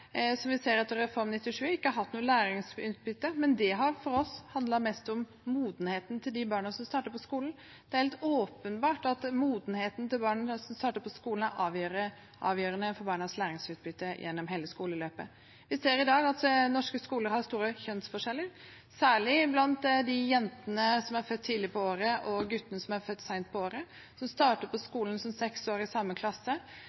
som vi har sett etter Reform 97, ikke har gitt noe læringsutbytte, men det har for oss handlet mest om modenheten til de barna som starter på skolen. Det er helt åpenbart at modenheten til barna som starter på skolen, er avgjørende for barnas læringsutbytte gjennom hele skoleløpet. Vi ser i dag at norske skoler har store kjønnsforskjeller, særlig mellom de jentene som er født tidlig på året, og de guttene som er født seint på året, som starter på skolen i samme klasse